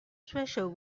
treasure